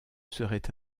serait